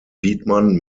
widmann